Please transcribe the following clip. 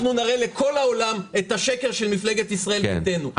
אנחנו נראה לכל העולם את השקר של מפלגת ישראל ביתנו.